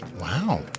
Wow